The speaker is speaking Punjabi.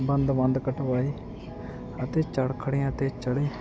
ਬੰਦ ਬੰਦ ਕਟਵਾਏ ਅਤੇ ਚਰਖੜੀਆਂ 'ਤੇ ਚੜ੍ਹੇ